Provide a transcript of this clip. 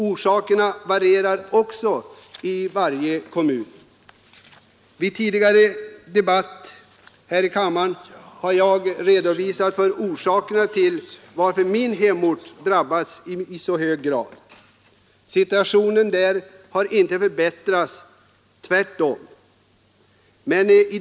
Orsakerna varierar också i kommunerna. Vid en tidigare debatt här i kammaren har jag redogjort för orsakerna till att min hemort drabbats i hög grad. Situationen där har inte förbättrats — tvärtom.